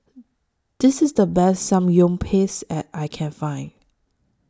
This IS The Best Samgyeopsal that I Can Find